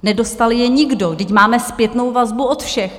Nedostal je nikdo, vždyť máme zpětnou vazbu od všech.